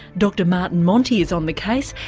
dr martin monti is on the case,